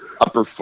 upper